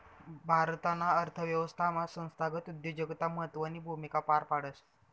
भारताना अर्थव्यवस्थामा संस्थागत उद्योजकता महत्वनी भूमिका पार पाडस